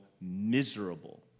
miserable